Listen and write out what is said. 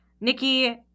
Nikki